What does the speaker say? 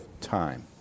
time